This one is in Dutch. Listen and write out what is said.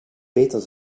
beter